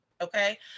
Okay